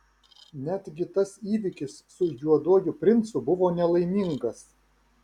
netgi tas įvykis su juoduoju princu buvo nelaimingas